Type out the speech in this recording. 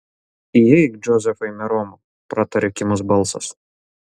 įeik džozefai meromo pratarė kimus balsas